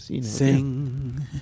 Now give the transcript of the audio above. Sing